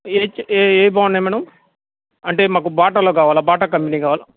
ఏ ఏవి బాగున్నాయి మేడమ్ అంటే మాకు బాటాలో కావాలి బాటా కంపెనీ కావాలి